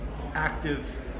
active